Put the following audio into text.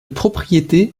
propriété